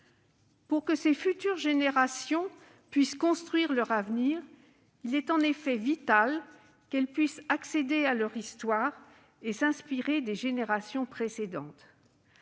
Pour que ces futures générations construisent leur avenir, il est vital qu'elles puissent accéder à leur histoire et s'inspirer des générations précédentes.